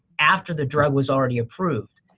after the drug was already approved.